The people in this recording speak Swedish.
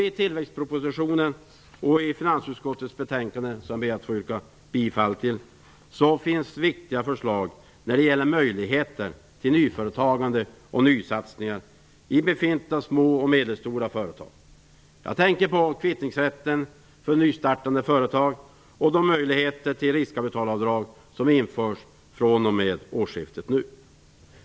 I tillväxtpropositionen och i finansutskottets betänkande - jag ber att få yrka bifall - finns viktiga förslag när det gäller möjligheter till nyföretagande och nysatsningar i befintliga små och medelstora företag. Jag tänker på kvittningsrätten för nystartade företag och de möjligheter till riskkapitalavdrag som införs fr.o.m. årsskiftet.